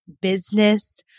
business